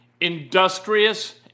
industrious